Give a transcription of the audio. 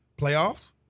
playoffs